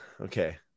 okay